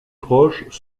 proches